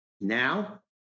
Now